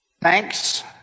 Thanks